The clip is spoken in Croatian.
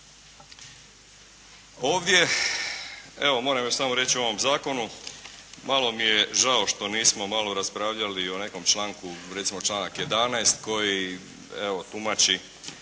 Ovdje evo moram još samo reći o ovom zakonu. Malo mi je žao što nismo malo raspravljali i o nekom članku, recimo članak 11. koji evo tumači